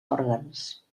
òrgans